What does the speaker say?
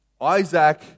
...Isaac